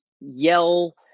yell